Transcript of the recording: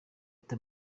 ati